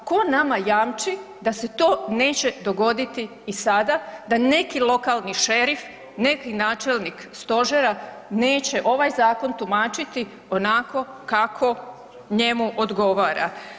Tko nama jamči da se to neće dogoditi i sada da neki lokalni šerif, neki načelnik stožera neće ovaj zakon tumačiti onako kako njemu odgovara?